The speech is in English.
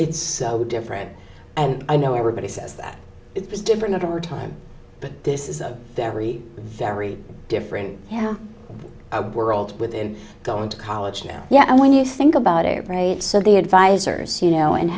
it's so different and i know everybody says that it's different over time but this is a very very different world within going to college now yeah and when you think about it right so the advisers you know and